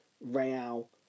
Real